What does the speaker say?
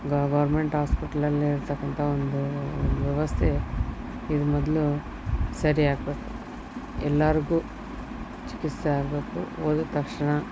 ಗೌ government ಆಸ್ಪಿಟ್ಲಲ್ಲಿ ಇರತಕ್ಕಂಥ ಒಂದು ವ್ಯವಸ್ಥೆ ಇದು ಮೊದಲು ಸರಿ ಆಗಬೇಕು ಎಲ್ಲರ್ಗೂ ಚಿಕಿತ್ಸೆ ಆಗಬೇಕು ಹೋಗಿದ್ದ ತಕ್ಷಣ